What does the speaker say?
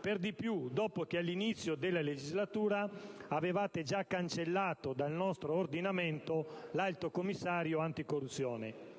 per di più dopo che all'inizio della legislatura avevate già cancellato dal nostro ordinamento l'Alto commissario anticorruzione.